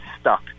stuck